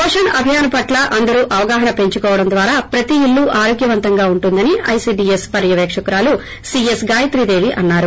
పోషణ్ అభియాస్ పట్ల అందరూ అవగాహన పెంచుకోవడం ద్వారా ప్రతి ఇల్లు ఆరోగ్యవంతంగా ఉంటుందని ఐసిడిఎస్ పర్వపేకకురాలు సిఎస్ గాయత్రీదేవీ అన్నారు